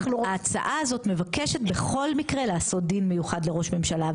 ההצעה הזאת מבקשת בכל מקרה לעשות דין מיוחד לראש ממשלה,